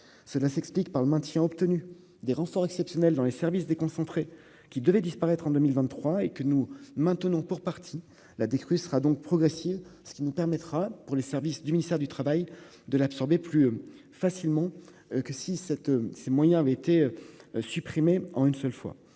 cela s'explique par le maintien obtenu des renforts exceptionnels dans les services des le qui devaient disparaître en 2023 et que nous maintenons pour partie la décrue sera donc progressive, ce qui nous permettra, pour les services du ministère du Travail, de l'absorber plus facilement que si cette ces moyens avait été supprimé en une seule fois,